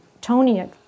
Tony